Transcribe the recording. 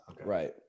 Right